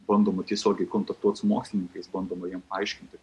bandoma tiesiogiai kontaktuot su mokslininkais bandoma jiem aiškinti